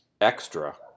extra